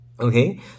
Okay